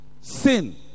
Sin